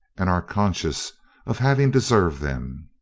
and are conscious of having deserved them.